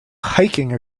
hiking